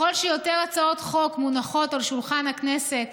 ככל שיותר הצעות חוק מונחות על שולחן הכנסת